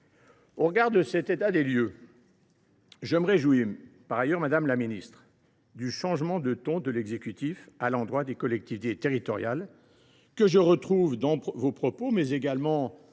Au regard de cet état des lieux, je me réjouis, madame la ministre, du changement de ton de l’exécutif à l’endroit des collectivités territoriales, changement que je retrouve dans vos propos, mais également dans ceux